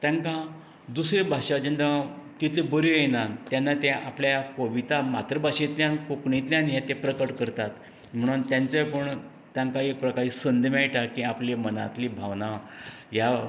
तांकां दुसऱ्यो भाशा जेन्ना तितल्यो बऱ्यो येयनात तेन्ना ते आपल्या कविता मातृभाशेंतल्यान कोंकणींतल्यान हे ते प्रकट करता म्हणोन तांचे कोण तांकां एक प्रकारची संद मेळटा की आपली मनांतली भावना ह्या